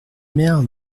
mères